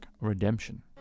Redemption